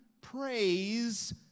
praise